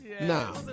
Now